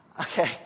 Okay